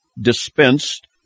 dispensed